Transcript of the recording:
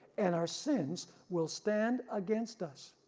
and our sins will stand against us.